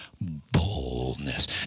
boldness